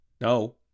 no